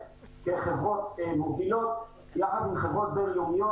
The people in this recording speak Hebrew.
לחברות מובילות יחד עם חברות בין-לאומיות.